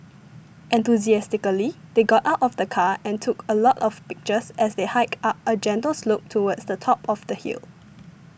enthusiastically they got out of the car and took a lot of pictures as they hiked up a gentle slope towards the top of the hill